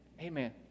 Amen